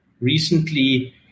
recently